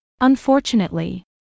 unfortunately